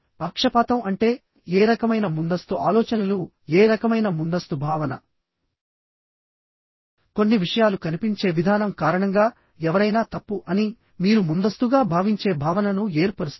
పక్షపాతం అంటే ఏ రకమైన ముందస్తు ఆలోచనలు ఏ రకమైన ముందస్తు భావన కొన్ని విషయాలు కనిపించే విధానం కారణంగా ఎవరైనా తప్పు అని మీరు ముందస్తుగా భావించే భావనను ఏర్పరుస్తారు